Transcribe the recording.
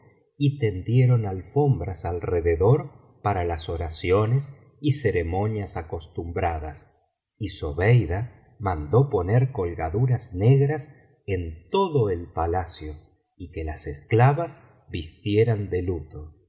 y tendieron alfombras alrededor para las oraciones y ceremonias acostumbradas y zobeida mandó poner colgaduras negras en todo el palacio y que las esclavas vistieran de luto